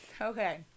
Okay